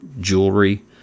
jewelry